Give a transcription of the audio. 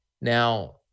Now